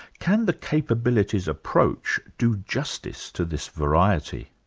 can the capabilities approach do justice to this variety?